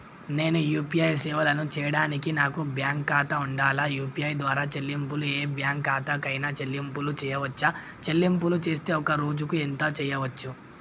నేను యూ.పీ.ఐ సేవలను చేయడానికి నాకు బ్యాంక్ ఖాతా ఉండాలా? యూ.పీ.ఐ ద్వారా చెల్లింపులు ఏ బ్యాంక్ ఖాతా కైనా చెల్లింపులు చేయవచ్చా? చెల్లింపులు చేస్తే ఒక్క రోజుకు ఎంత చేయవచ్చు?